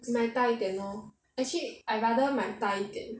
你买大一点 lor actually I rather 买大一点